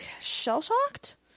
shell-shocked